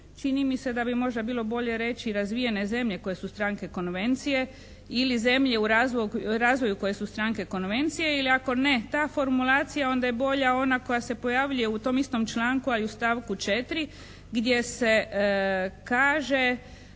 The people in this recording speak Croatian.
Čini mi se da bi možda bilo bolje reći razvijene zemlje koje su stranke Konvencije ili zemlje u razvoju koje su stranke Konvencije ili ako ne ta formulacija onda je bolja ona koja se pojavljuje u tom istom članku, ali u stavku 4. gdje se kaže